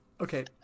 okay